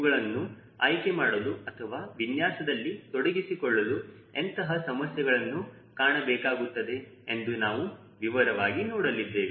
ಇವುಗಳನ್ನು ಆಯ್ಕೆ ಮಾಡಲು ಅಥವಾ ವಿನ್ಯಾಸದಲ್ಲಿ ತೊಡಗಿಸಿಕೊಳ್ಳಲು ಎಂತಹ ಸಮಸ್ಯೆಗಳನ್ನು ಕಾಣಬೇಕಾಗುತ್ತದೆ ಎಂದು ನಾವು ವಿವರವಾಗಿ ನೋಡಲಿದ್ದೇವೆ